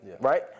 right